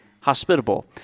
hospitable